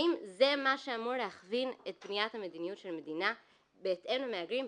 האם זה מה שאמור להכווין את בניית המדיניות של המדינה בהתאם למהגרים?